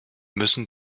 müssen